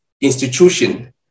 institution